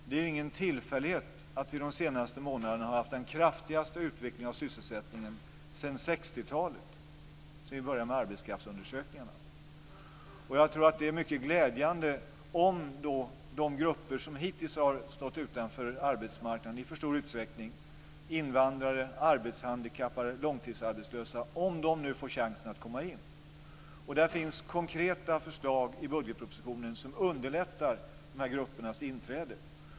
Det är ingen tillfällighet att vi de senaste månaderna har haft den kraftigaste utvecklingen av sysselsättningen sedan 60-talet, då vi började med arbetskraftsundersökningarna. Det är mycket glädjande om de grupper som hittills har stått utanför arbetsmarknaden i för stor utsträckning, som invandrare, arbetshandikappade och långtidsarbetslösa, nu får chansen att komma in. Det finns konkreta förslag i budgetpropositionen som underlättar dessa gruppers inträde.